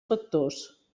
factors